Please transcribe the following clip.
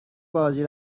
بازی